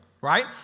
right